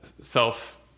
self